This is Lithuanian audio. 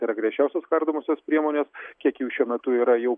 yra griežčiausios kardomosios priemonės kiek jų šiuo metu yra jau